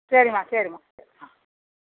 சரிம்மா சரிம்மா ஆ